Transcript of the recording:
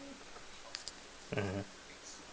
mmhmm